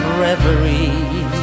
reverie